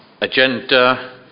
agenda